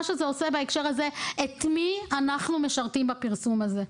שזה עושה בהקשר הזה את מי אנחנו משרתים בפרסום הזה.